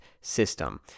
system